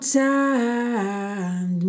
time